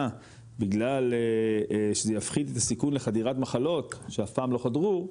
בגלל שזה יפחית את הסיכון לחדירת מחלות שאף פעם לא חדרו,